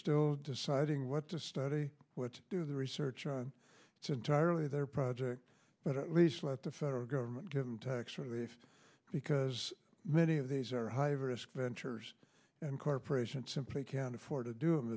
still deciding what to study what do the research on it's entirely their project but at least let the federal government give them tax relief because many of these are high risk ventures and corporations simply can't afford to do